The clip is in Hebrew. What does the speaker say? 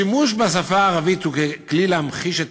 השימוש בשפה הערבית הוא כלי להמחיש את